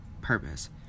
purpose